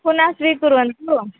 पुनः स्वीकुर्वन्तु